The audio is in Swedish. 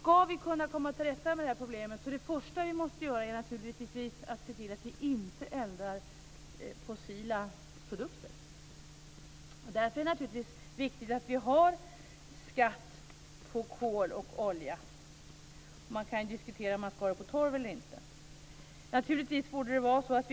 Skall vi kunna komma till rätta med det här problemet är naturligtvis det första vi måste göra att se till att vi inte eldar fossila produkter. Därför är det givetvis viktigt att vi har skatt på kol och olja. Sedan kan man diskutera om det skall vara skatt på torv eller inte. Naturligtvis borde vi ha skatt